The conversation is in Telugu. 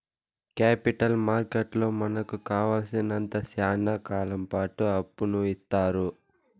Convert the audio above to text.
కేపిటల్ మార్కెట్లో మనకు కావాలసినంత శ్యానా కాలంపాటు అప్పును ఇత్తారు